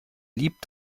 liebt